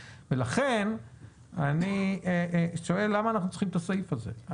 לכן אני שואל למה אנחנו צריכים את הסעיף הזה.